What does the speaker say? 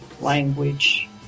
language